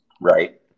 Right